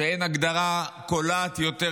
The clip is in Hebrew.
ואין הגדרה קולעת יותר